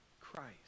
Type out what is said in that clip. Christ